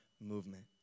movement